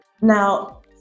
Now